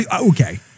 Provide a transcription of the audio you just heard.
Okay